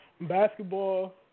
Basketball